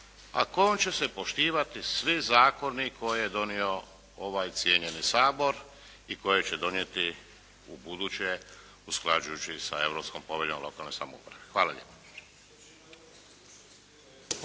kojom će se poštivati svi zakoni koje je donio ovaj cijenjeni Sabor i koje će donijeti u buduće usklađujući sa Europskom poveljom o lokalnoj samoupravi. Hvala lijepa.